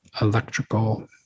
electrical